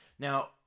Now